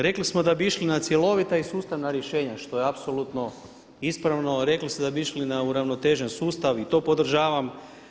Rekli smo da bi išli na cjelovita i sustavna rješenja što je apsolutno ispravno, rekli ste da bi išli na uravnotežen sustav i to podržavam.